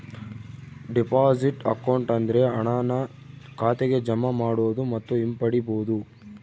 deposit account ಅಂದ್ರೆ ಹಣನ ಖಾತೆಗೆ ಜಮಾ ಮಾಡೋದು ಮತ್ತು ಹಿಂಪಡಿಬೋದು